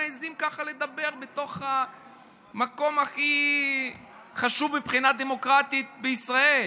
מעיזים ככה לדבר בתוך המקום הכי חשוב מבחינה דמוקרטית בישראל?